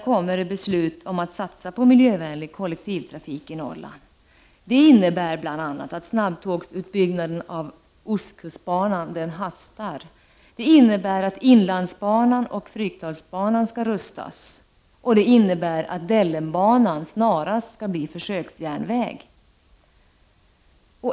Det innebär bl.a. att snabbtågsutbyggnaden på ostkustbanan hastar, det innebär att inlandsbanan och Frykdalsbanan skall rustas och det innebär att Dellenbanan snarast skall bli försöksjärnväg.